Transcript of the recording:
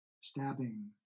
stabbing